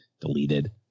Deleted